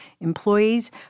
employees